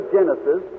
Genesis